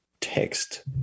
text